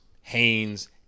Haynes